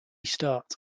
start